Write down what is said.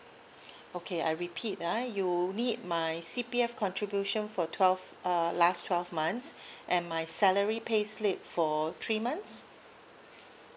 okay I repeat ah you need my C_P_F contribution for twelve uh last twelve months and my salary payslip for three months